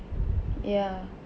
ya